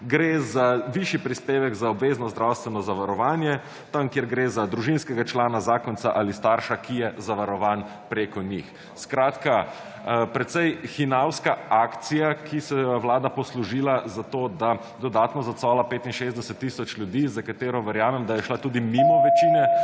Gre za višji prispevek za obvezno zdravstveno zavarovanje tam kjer gre za družinskega člana zakonca ali starša, ki je zavarovan preko njih. Skratka, precej hinavska akcija, ki se jo je vlada poslužila zato, da dodatno »zacola« 65 tisoč ljudi, za katero verjamem, da je šla tudi mimo večine